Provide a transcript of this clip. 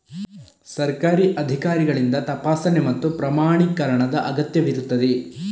ಸರ್ಕಾರಿ ಅಧಿಕಾರಿಗಳಿಂದ ತಪಾಸಣೆ ಮತ್ತು ಪ್ರಮಾಣೀಕರಣದ ಅಗತ್ಯವಿರುತ್ತದೆ